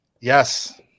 Yes